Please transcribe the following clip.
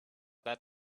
that